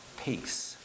peace